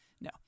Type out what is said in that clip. No